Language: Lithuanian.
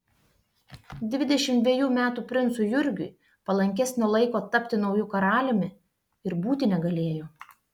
dvidešimt dvejų metų princui jurgiui palankesnio laiko tapti nauju karaliumi ir būti negalėjo